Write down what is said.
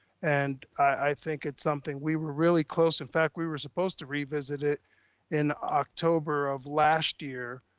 and i think it's something we were really close. in fact, we were supposed to revisit it in october of last year,